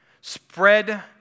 spread